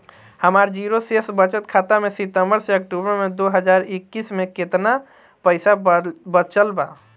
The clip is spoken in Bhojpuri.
हमार जीरो शेष बचत खाता में सितंबर से अक्तूबर में दो हज़ार इक्कीस में केतना पइसा बचल बा?